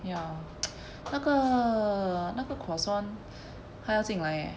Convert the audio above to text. ya 那个那个 croissant 他要进来 eh